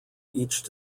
each